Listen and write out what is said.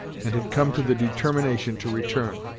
and had come to the determination to return.